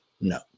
No